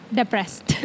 depressed